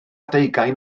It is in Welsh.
deugain